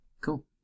cool